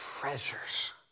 treasures